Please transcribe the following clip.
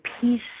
peace